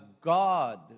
God